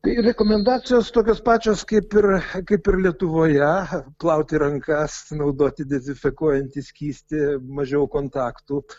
tai rekomendacijos tokios pačios kaip ir kaip ir lietuvoje plauti rankas naudoti dezinfekuojantį skystį mažiau kontaktų